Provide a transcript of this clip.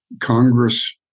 Congress